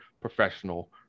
professional